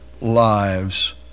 lives